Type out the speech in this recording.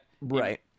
Right